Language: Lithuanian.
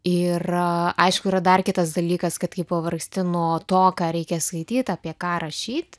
ir aišku yra dar kitas dalykas kad kai pavargsti nuo to ką reikia skaityt apie ką rašyt